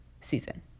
season